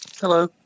Hello